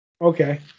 Okay